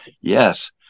Yes